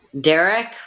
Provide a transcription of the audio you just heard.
Derek